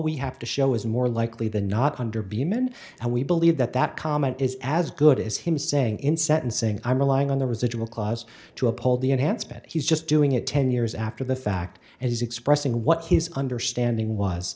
we have to show is more likely than not under beeman and we believe that that comment is as good as him saying in sentencing i'm relying on the residual clause to uphold the enhancement he's just doing it ten years after the fact and he's expressing what his understanding was